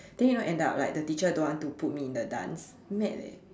then you know end up like the teacher don't want to put me in the dance mad leh